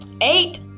Eight